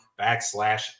backslash